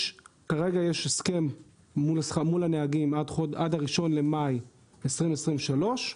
כרגע יש הסכם מול הנהגים עד ה-1 במאי 2023,